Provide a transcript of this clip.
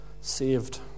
saved